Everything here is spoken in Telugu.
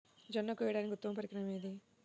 జొన్న కోయడానికి ఉత్తమ పరికరం ఏది?